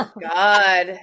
God